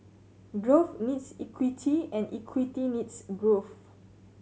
growth needs equity and equity needs growth